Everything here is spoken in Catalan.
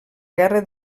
guerra